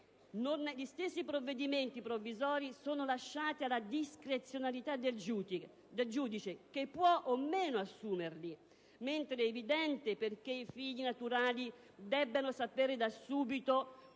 Gli stessi provvedimenti provvisori sono lasciati alla discrezionalità del giudice, che può o meno assumerli, mentre è evidente che i figli naturali debbono sapere da subito